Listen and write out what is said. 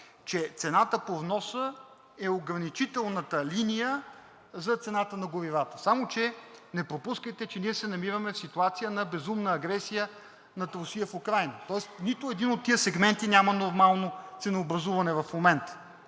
че цената по вноса е ограничителната линия за цената на горивата. Само че не пропускайте, че ние се намираме в ситуация на безумна агресия на Русия в Украйна, тоест нито един от тези сегменти няма нормално ценообразуване в момента,